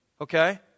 Okay